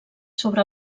sobre